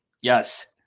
Yes